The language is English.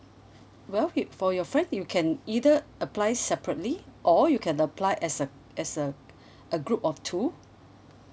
well if for your friends you can either apply separately or you can apply as a as a a group of two